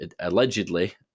allegedly